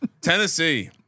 Tennessee